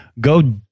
go